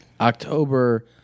October